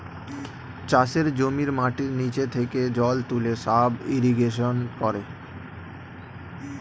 চাষের জমির মাটির নিচে থেকে জল তুলে সাব ইরিগেশন করে